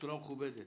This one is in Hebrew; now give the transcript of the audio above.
בצורה מכובדת.